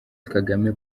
kagame